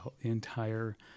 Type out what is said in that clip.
entire